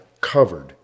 covered